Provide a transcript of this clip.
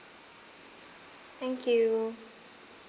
thank you